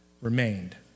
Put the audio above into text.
remained